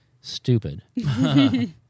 stupid